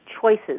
choices